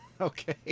Okay